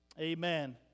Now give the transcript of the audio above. Amen